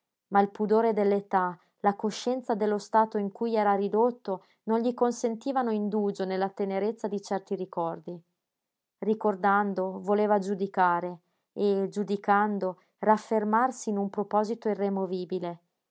ma il pudore dell'età la coscienza dello stato in cui era ridotto non gli consentivano indugio nella tenerezza di certi ricordi ricordando voleva giudicare e giudicando raffermarsi in un proposito irremovibile